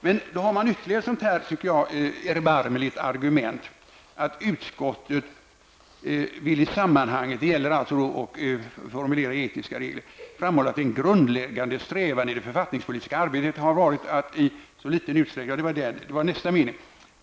Men utskottet har ytterligare ett, som jag tycker, erbarmligt argument. Man säger: ''Utskottet vill i sammanhanget'' -- det handlar om formulering av etiska regler för politiker -- ''framhålla att en grundläggande strävan i det författningspolitiska arbetet har varit att i så liten utsträckning som möjligt reglera partiernas verksamhet --.